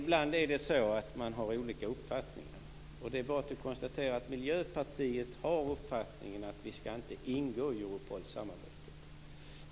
Herr talman! Ibland har man olika uppfattningar. Det är bara att konstatera att Miljöpartiet har uppfattningen att vi inte skall ingå i Europolsamarbetet.